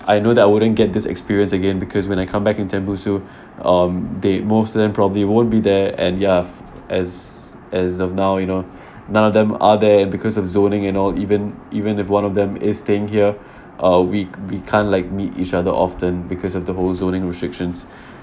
I know that I wouldn't get this experience again because when I come back in tembusu um they most of them probably won't be there and ya as as of now you know none of them are there because of zoning and all even even if one of them is staying here a week we can't like meet each other often because of the whole zoning restrictions